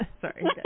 Sorry